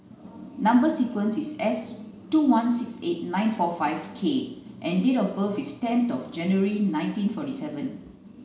number sequence is S two one six eight nine four five K and date of birth is ten of January nineteen forty seven